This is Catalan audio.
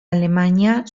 alemanya